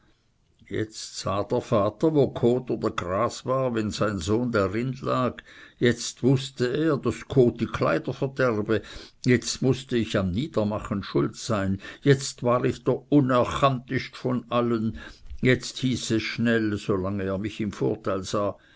jetzt sah der vater wo kot oder gras war wenn sein sohn darin lag jetzt wußte er daß kot die kleider verderbe jetzt mußte ich am niedermachen schuld sein jetzt war ich der unerchantisch von allen jetzt hieß es schnell so lang er mich im vorteil sah